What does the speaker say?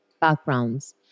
backgrounds